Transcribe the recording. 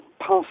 passed